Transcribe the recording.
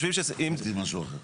חשבתי משהו אחר.